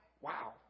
Wow